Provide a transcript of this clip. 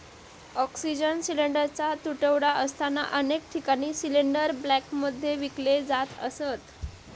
oxygen सिलिंडरचा तुटवडा असताना अनेक ठिकाणी सिलिंडर ब्लॅकमध्ये विकले जात असत